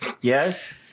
yes